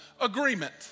agreement